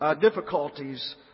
difficulties